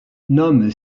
nomme